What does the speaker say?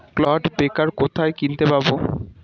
Clod breaker কোথায় কিনতে পাব?